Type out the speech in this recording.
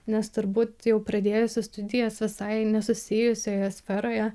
nes turbūt jau pradėjusi studijas visai nesusijusioje sferoje